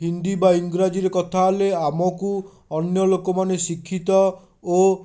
ହିନ୍ଦୀ ବା ଇଂରାଜୀରେ କଥା ହେଲେ ଆମକୁ ଅନ୍ୟ ଲୋକମାନେ ଶିକ୍ଷିତ ଓ